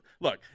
look